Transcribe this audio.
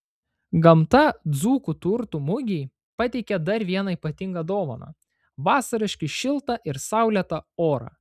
gamta dzūkų turtų mugei pateikė dar vieną ypatingą dovaną vasariškai šiltą ir saulėtą orą